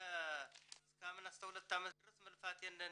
והוא לא מצא פתרון עדיין,